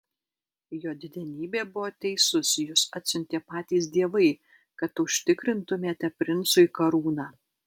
jo didenybė buvo teisus jus atsiuntė patys dievai kad užtikrintumėte princui karūną